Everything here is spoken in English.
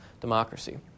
democracy